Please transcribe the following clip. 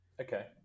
Okay